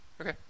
Okay